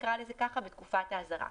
כלומר,